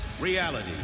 Reality